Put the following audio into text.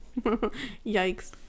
Yikes